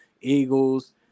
Eagles